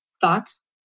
Thoughts